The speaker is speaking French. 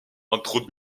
entre